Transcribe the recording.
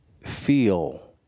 feel